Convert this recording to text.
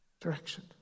direction